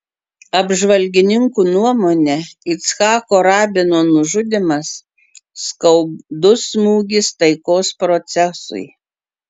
apžvalgininkų nuomone icchako rabino nužudymas skaudus smūgis taikos procesui